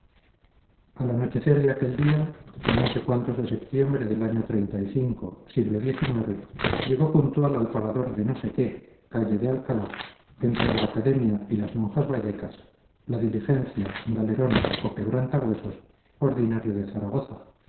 al anochecer de aquel día el no sé cuántos de septiembre del año llegó puntual al parador de no sé qué calle de alcalá entre la academia y las monjas vallecas la diligencia galerón o quebrantahuesos ordinario de zaragoza